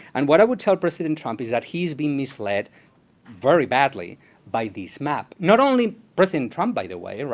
and what i would tell president trump is that he's been misled very badly by this map. not only president trump, by the way, and